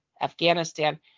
Afghanistan